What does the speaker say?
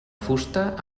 fusta